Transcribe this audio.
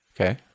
Okay